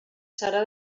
serà